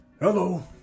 Hello